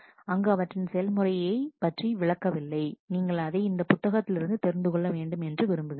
அங்கு அவற்றின் செயல் முறையை பற்றி விளக்கவில்லை நீங்கள் அதை அந்த புத்தகத்தில் இருந்து தெரிந்து கொள்ள வேண்டும் என்று விரும்புகிறேன்